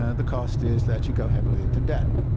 ah the cost is that you go heavily into debt.